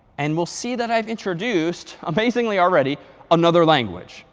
and we'll see that i've introduced amazingly already another language.